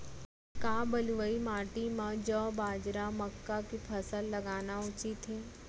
का बलुई माटी म जौ, बाजरा, मक्का के फसल लगाना उचित हे?